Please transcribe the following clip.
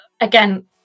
again